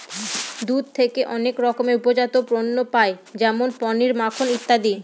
দুধ থেকে অনেক রকমের উপজাত পণ্য পায় যেমন পনির, মাখন ইত্যাদি